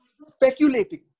speculating